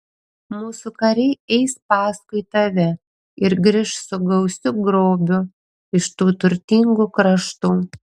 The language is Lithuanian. mūsų kariai eis paskui tave ir grįš su gausiu grobiu iš tų turtingų kraštų